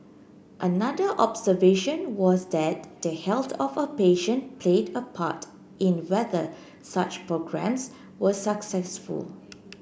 another observation was that the health of a patient played a part in whether such programmes were successful